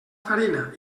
farina